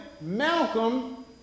Malcolm